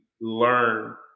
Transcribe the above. learn